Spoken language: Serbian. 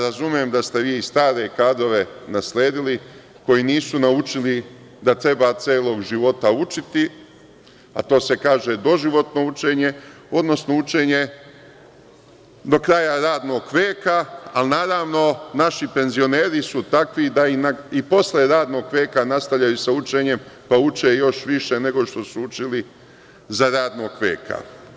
Razumem da ste vi stare kadrove nasledili, koji nisu naučili da treba celog života učiti, a to se kaže doživotno učenje, odnosno učenje do kraja radnog veka, ali naravno, naši penzioneri su takvi da i posle radnog veka nastavljaju sa učenjem, pa uče još više nego što su učili za radnog veka.